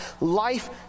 life